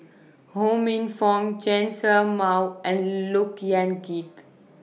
Ho Minfong Chen Show Mao and Look Yan Kit